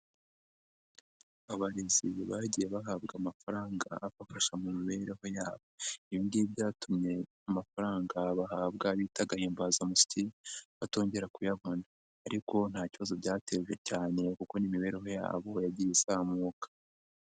Abarezi bagiye bahabwa amafaranga abafasha mu mibereho yabo. Ibi ngibi byatumye amafaranga bahabwa bita agahimbazamusyi, batongera kuyabona ariko nta kibazo byateje cyane kuko n'imibereho yabo yagiye izamuka.